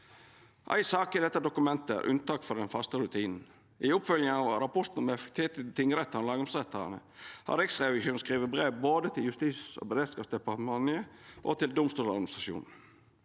Éi sak i dette dokumentet er unntak frå den faste rutinen. I oppfølginga av rapporten om effektivitet i tingrettane og lagmannsrettane har Riksrevisjonen skrive brev både til Justis- og beredskapsdepartementet og til Domstoladministrasjonen.